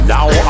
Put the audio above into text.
Now